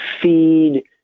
feed